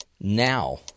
now